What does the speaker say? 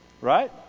Right